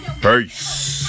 Peace